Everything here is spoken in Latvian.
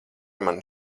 mani